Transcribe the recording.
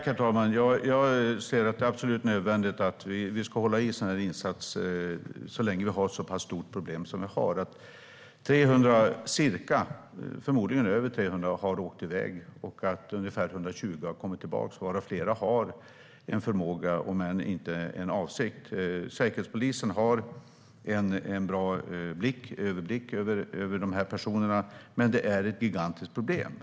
Herr talman! Det är absolut nödvändigt att vi fortsätter med dessa insatser så länge problemet är så pass stort. Förmodligen är det över 300 som har åkt i väg, och ungefär 120 har kommit tillbaka. Flera av dem har en förmåga, även om de kanske inte har någon avsikt. Säkerhetspolisen har en bra överblick över dessa personer, men det är ett gigantiskt problem.